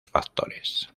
factores